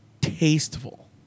tasteful